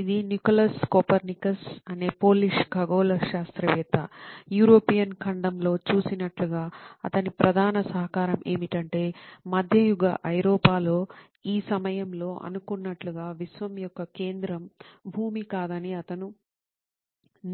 ఇది Nicolaus Copernicus అనే Polish ఖగోళ శాస్త్రవేత్త యూరోపియన్ ఖండంలో చూసినట్లుగా అతని ప్రధాన సహకారం ఏమిటంటే మధ్యయుగ ఐరోపాలో ఆ సమయంలో అనుకున్నట్లుగా విశ్వం యొక్క కేంద్రం భూమి కాదని అతను